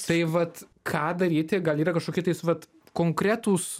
tai vat ką daryti gal yra kažkokie tai vat konkretūs